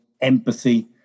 empathy